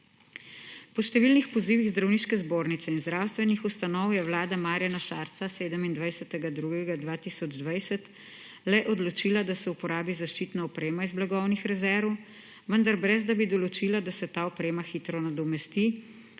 Po številnih pozivih Zdravniške zbornice in zdravstvenih ustanov je vlada Marjana Šarca 27. 2. 2020 le odločila, da se uporabi zaščitna oprema iz blagovnih rezerv, brez da bi določila, da se ta oprema hitro nadomesti